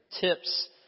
tips